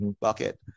Bucket